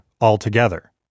altogether